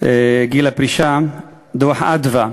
גיל הפרישה, דוח "מרכז אדוה",